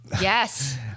Yes